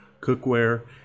cookware